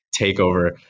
takeover